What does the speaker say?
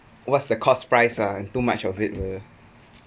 what's the cost price uh if too much of it will